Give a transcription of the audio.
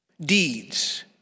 Deeds